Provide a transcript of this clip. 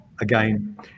again